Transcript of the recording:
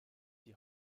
die